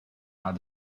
are